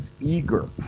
eager